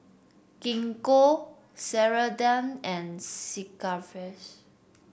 Gingko Ceradan and Sigvaris